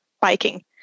biking